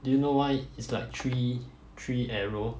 do you know why is like three three arrow